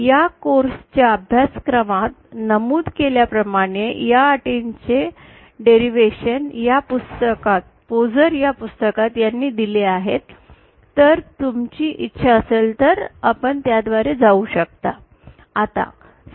या कोर्सच्या अभ्यासक्रमात नमूद केल्याप्रमाणे या अटींचे डेरवैशन या पुस्तकात पोझर यांनी दिले आहेत जर तुमची इच्छा असेल तर आपण त्याद्वारे जाऊ शकता